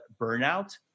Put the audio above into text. burnout